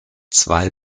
zwei